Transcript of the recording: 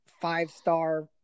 five-star